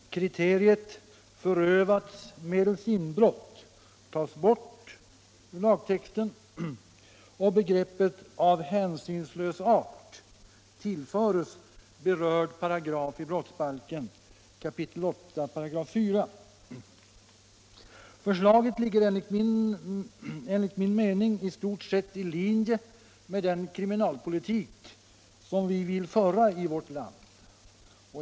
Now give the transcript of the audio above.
Kriteriet ”förövats medelst inbrott” tas bort ur lagtexten och begreppet ”av hänsynslös art” tillförs berörd paragraf i brottsbalken, 8 kap. 4 §. Förslaget ligger enligt min mening i stort sett i linje med den kri minalpolitik som vi vill föra i vårt land.